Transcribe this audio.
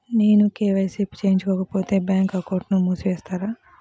నేను కే.వై.సి చేయించుకోకపోతే బ్యాంక్ అకౌంట్ను మూసివేస్తారా?